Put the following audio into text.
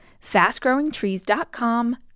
FastGrowingTrees.com